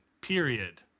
period